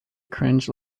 cringe